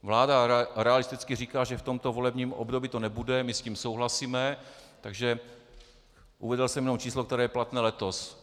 Vláda realisticky říká, že v tomto volebním období to nebude, my s tím souhlasíme, takže jsem uvedl jenom číslo, které je platné letos.